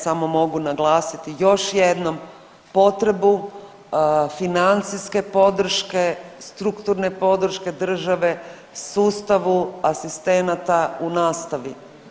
Samo mogu naglasiti još jednom potrebu financijske podrške, strukturne podrške države sustavu asistenata u nastavi.